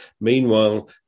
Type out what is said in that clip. Meanwhile